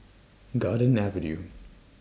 Garden Avenue